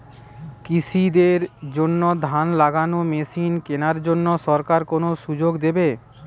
কৃষি দের জন্য ধান লাগানোর মেশিন কেনার জন্য সরকার কোন সুযোগ দেবে?